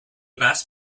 vast